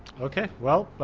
okay, well,